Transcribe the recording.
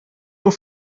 nur